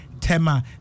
Tema